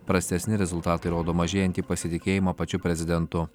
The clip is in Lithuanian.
prastesni rezultatai rodo mažėjantį pasitikėjimą pačiu prezidentu